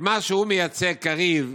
מה שהוא מייצג, קריב,